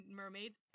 mermaids